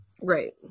right